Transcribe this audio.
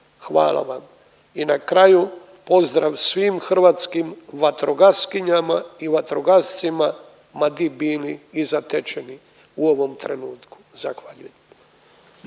Hvala vam. I na kraju, pozdrav svim hrvatskim vatrogaskinjama i vatrogascima ma di bili i zatečeni u ovom trenutku. Zahvaljujem.